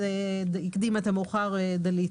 זה יחול על יצרנים ועל יבואנים.